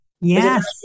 Yes